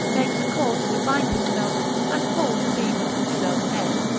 makes a cord to bind himself, and pulls a beam upon his own head.